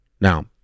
now